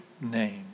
name